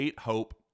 Hope